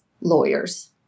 lawyers